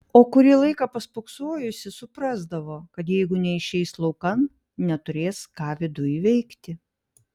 o kurį laiką paspoksojusi suprasdavo kad jeigu neišeis laukan neturės ką viduj veikti